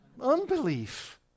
unbelief